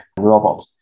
robot